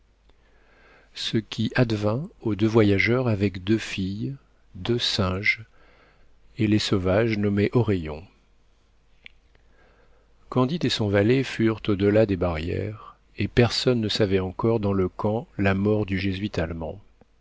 ce qui advint aux deux voyageurs avec deux filles deux singes et les sauvages nommés oreillons candide et son valet furent au-delà des barrières et personne ne savait encore dans le camp la mort du jésuite allemand